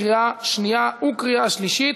קריאה שנייה וקריאה שלישית.